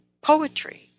poetry